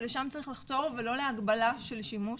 ולשם צריך לחתור ולא להגבלה של שימוש.